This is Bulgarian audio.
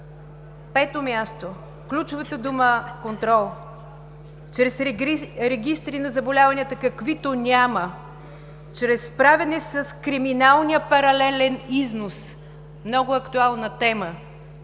Пето място, ключовата дума „контрол“ – чрез регистри на заболяванията, каквито няма, чрез справяне с криминалния паралелен износ – много актуална тема,